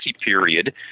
period